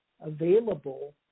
available